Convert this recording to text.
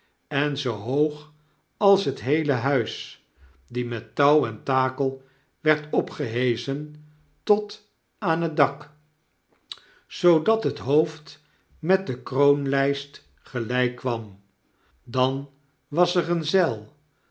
en zoo hoog als het heele huis die met touw en takel werd opgeheschen tot aan het dak zoodat het hoofd met de kroonlyst gelijk kwam dan was er een zeil